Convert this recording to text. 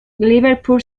liverpool